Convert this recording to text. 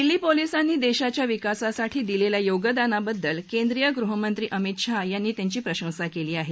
दिल्ली पोलिसांनी देशाच्या विकासासाठी दिलेल्या योगदानाबद्दल केंद्रीय गृहमंत्री अमित शाह यांनी त्यांची प्रशंसा केली आहे